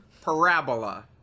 Parabola